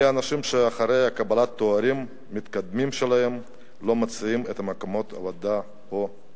אלה אנשים שאחרי קבלת התארים המתקדמים שלהם לא מוצאים מקומות עבודה פה,